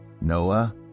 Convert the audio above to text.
Noah